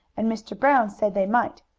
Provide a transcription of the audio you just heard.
and mr. brown said they might,